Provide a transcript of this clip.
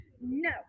No